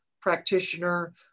practitioner